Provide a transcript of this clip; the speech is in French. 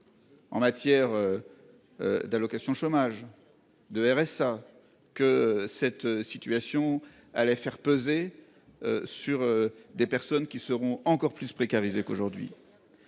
En matière. D'allocations chômage et de RSA que cette situation allait faire peser. Sur des personnes qui seront encore plus précarisés qu'aujourd'hui.